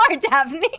Daphne